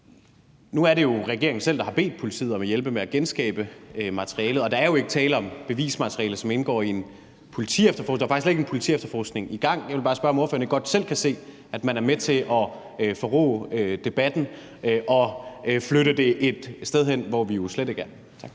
Nu er det regeringen selv, der har bedt politiet om at hjælpe med at genskabe materialet, og der er jo ikke tale om bevismateriale, som indgår i en politiefterforskning. Der er faktisk slet ikke en politiefterforskning i gang. Jeg vil bare spørge, om ordføreren ikke godt selv kan se, at man er med til at forrå debatten og flytte den et sted hen, hvor vi jo slet ikke er. Kl.